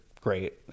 great